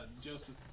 Joseph